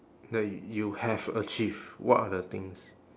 that you have achieved what are the things